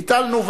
ביטלנו,